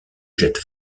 jette